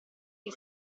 che